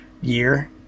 year